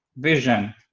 vision?